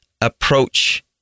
approach